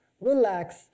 relax